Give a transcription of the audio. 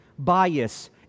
bias